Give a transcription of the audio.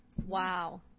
Wow